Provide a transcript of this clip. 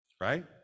right